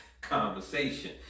Conversation